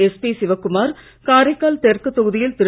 SP Sivakumar Karaikal தெற்கு தொகுதியில் திரு